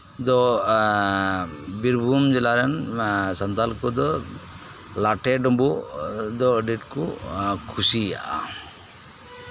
ᱫᱚ ᱮᱸᱜ ᱵᱤᱨᱵᱷᱩᱢ ᱡᱮᱞᱟ ᱨᱮᱱ ᱥᱟᱱᱛᱟᱲ ᱠᱚᱫᱚ ᱞᱟᱴᱷᱮ ᱰᱩᱵᱱᱩᱜ ᱫᱚ ᱟᱹᱰᱤ ᱟᱸᱴ ᱠᱚ ᱠᱩᱥᱤᱭᱟᱜᱼᱟ